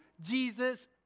Jesus